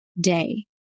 day